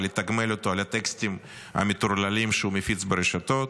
ולתגמל אותו על הטקסטים המטורללים שהוא מפיץ ברשתות?